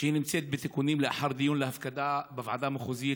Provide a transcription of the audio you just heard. והיא נמצאת בתיקונים לאחר דיון להפקדה בוועדה המחוזית,